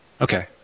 Okay